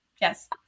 yes